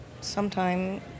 sometime